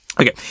Okay